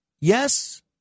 Yes